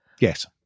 Yes